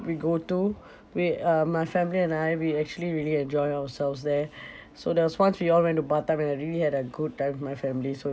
we go to where uh my family and I we actually really enjoy ourselves there so there was once we all went to batam and I really had a good time with my family so